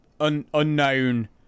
unknown